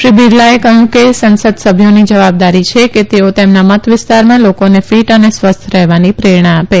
શ્રી બિરલાએ કહયું કે સંસદ સભ્યોની જવાબદારી છે કે તેઓતેમના મત વિસ્તારના લોકોને ફીટ અને સ્વસ્થ રહેવાની પ્રેરણા આપે